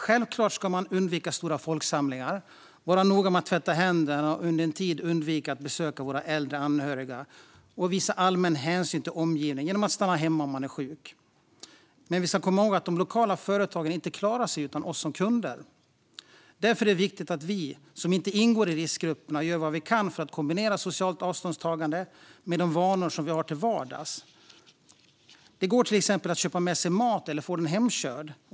Självklart ska man undvika stora folksamlingar, vara noga med att tvätta händerna, under en tid undvika att besöka äldre anhöriga och visa allmän hänsyn till omgivningen genom att stanna hemma om man är sjuk. Men vi ska komma ihåg att de lokala företagen inte klarar sig utan oss som kunder. Därför är det viktigt att vi som inte ingår i riskgrupperna gör vad vi kan för att kombinera socialt avståndstagande med de vanor som vi har till vardags. Det går till exempel att köpa med sig mat eller få den hemkörd.